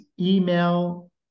email